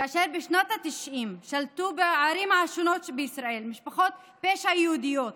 כאשר בשנות התשעים שלטו בערים השונות בישראל משפחות פשע יהודיות